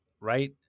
right